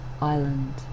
Island